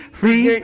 free